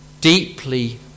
deeply